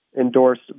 endorsed